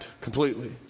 completely